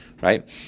right